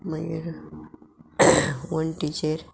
मागीर वणटिचेर